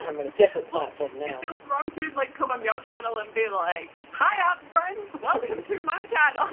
i'm on a different platform now! it feels wrong to like come on your channel and be like hi art friends welcome to my channel!